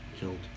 killed